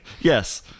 Yes